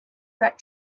that